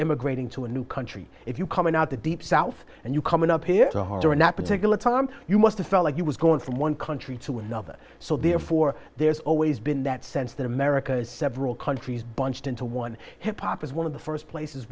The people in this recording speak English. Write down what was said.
immigrating to a new country if you coming out the deep south and you coming up here to her during that particular time you must've felt like you was going from one country to another so therefore there's always been that sense that america is several countries bunched into one hip hop is one of the first places